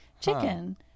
chicken